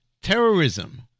terrorism